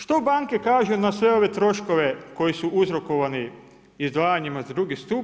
Što banke kažu na sve ove troškove koji su uzrokovani izdvajanjima za drugi stup?